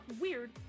weird